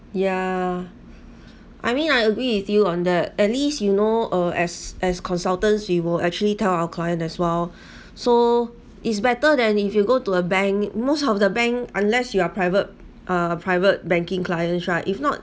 yeah I mean I agree with you on that at least you know uh as as consultants we will actually tell our client as well so it's better than if you go to a bank most of the bank unless you are private uh private banking clients lah if not